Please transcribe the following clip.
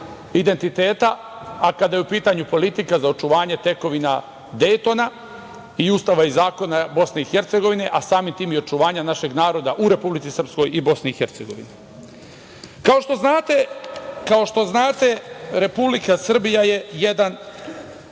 identiteta, a kada je u pitanju politika, za očuvanje tekovina Dejtona i Ustava i zakona BiH, a samim tim i očuvanja našeg naroda u Republici Srpskoj i BiH.Kao što znate, Republika Srbija je jedan